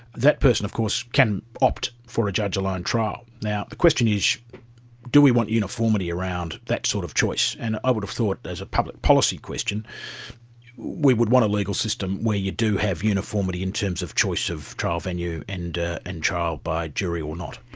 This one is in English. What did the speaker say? that person of course can opt for a judge-alone trial. now, the question is do we want uniformity around that sort of choice? and i would have thought as a public policy question we would want a legal system where you do have uniformity in terms of choice of trial venue and and trial by jury or not.